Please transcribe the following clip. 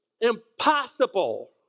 impossible